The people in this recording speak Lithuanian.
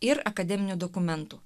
ir akademinių dokumentų